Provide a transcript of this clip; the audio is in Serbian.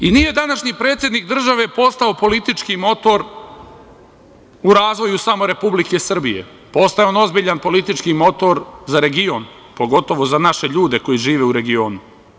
Nije današnji predsednik države postao politički motor u razvoju samo Republike Srbije, postao je ozbiljan politički motor za region pogotovo za naše ljude koji žive u regionu.